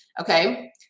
Okay